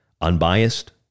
unbiased